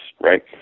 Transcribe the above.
right